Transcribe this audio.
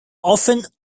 often